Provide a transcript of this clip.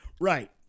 Right